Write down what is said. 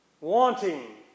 wanting